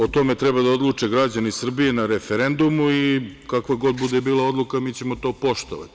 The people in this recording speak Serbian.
O tome treba da odluče građani Srbije na referendumu i kakva god bila odluka, mi ćemo to poštovati.